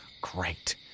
Great